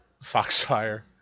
Foxfire